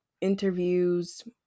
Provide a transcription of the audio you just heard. interviews